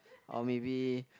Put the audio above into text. or maybe